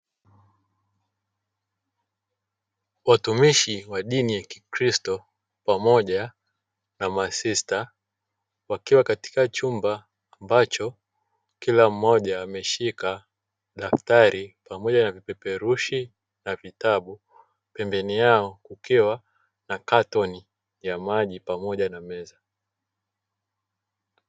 Watumishi wa dini ya kikristo pamoja na masista, wakiwa katika chumba ambacho kila mmoja ameshika daftari pamoja na vipeperushi na vitabu, pembeni yao kukiwa na katoni ya maji pamoja na meza.